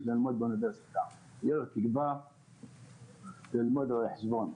ללמוד באוניברסיטה לימודי ראיית חשבון.